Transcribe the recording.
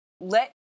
let